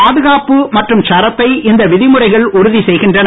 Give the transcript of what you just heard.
பாதுகாப்பு மற்றும் சரத்தை இந்த விதிமுறைகள் உறுதி செய்கின்றன